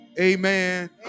Amen